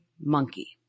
monkey